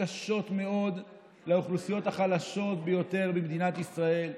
קשות מאוד לאוכלוסיות החלשות ביותר במדינת ישראל,